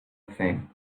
thing